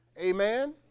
Amen